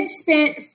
spent